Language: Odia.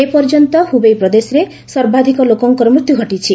ଏପର୍ଯ୍ୟନ୍ତ ହୁବେଇ ପ୍ରଦେଶରେ ସର୍ବାଧିକ ଲୋକଙ୍କର ମୃତ୍ୟୁ ଘଟିଛି